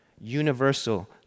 Universal